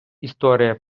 історія